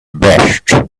best